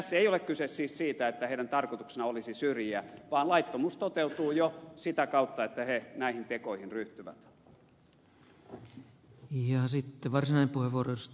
tässä ei ole kyse siis siitä että heidän tarkoituksenaan olisi syrjiä vaan laittomuus toteutuu jo sitä kautta että he näihin tekoihin ryhtyvät